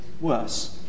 worse